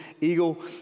eagle